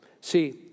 See